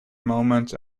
moment